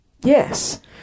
Yes